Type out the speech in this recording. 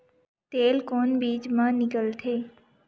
तेल कोन बीज मा निकलथे?